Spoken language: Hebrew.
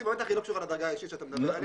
--- לא קשורה לדרגה האישית שאתה מדבר עליה.